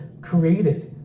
created